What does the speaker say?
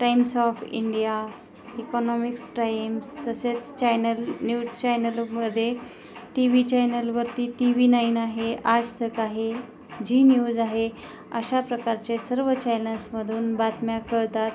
Times of India economics Times तसेच channel news चॅनलमध्ये T V चॅनलवरती टी व्ही नाईन आहे आजतक आहे झी न्यूज आहे अशा प्रकारचे सर्व चॅनल्समधून बातम्या कळतात